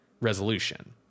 resolution